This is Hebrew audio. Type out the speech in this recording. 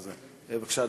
בבקשה,